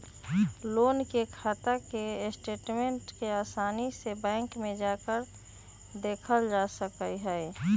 loan के खाता के स्टेटमेन्ट के आसानी से बैंक में जाकर देखल जा सका हई